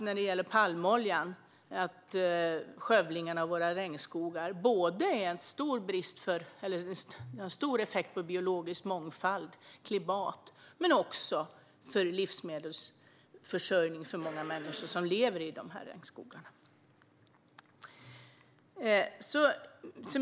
När det gäller palmoljan har skövlingen av våra regnskogar stor effekt inte bara på biologisk mångfald och klimat utan även på livsmedelsförsörjningen för många människor som lever i regnskogarna.